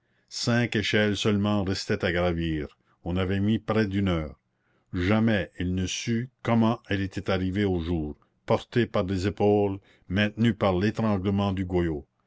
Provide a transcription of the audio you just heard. cinq échelles seulement restaient à gravir on avait mis près d'une heure jamais elle ne sut comment elle était arrivée au jour portée par des épaules maintenue par l'étranglement du goyot